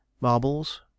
marbles